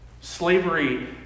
slavery